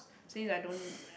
since I don't